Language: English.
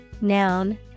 Noun